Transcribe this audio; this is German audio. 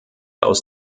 aus